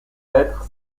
lettre